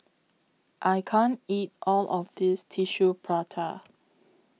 I can't eat All of This Tissue Prata